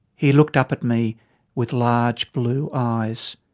he looked up at me with large blue eyes.